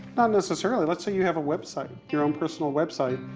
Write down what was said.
necessarily. let's say you have a website your own personal website.